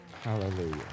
Hallelujah